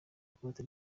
ikote